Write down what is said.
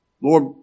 Lord